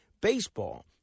baseball